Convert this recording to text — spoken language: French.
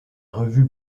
revue